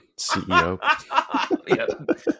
CEO